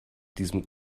diesem